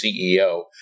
CEO